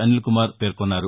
అనిల్కుమార్ పేర్కొన్నారు